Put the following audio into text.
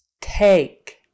Take